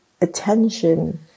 attention